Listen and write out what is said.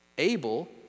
Abel